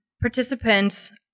participants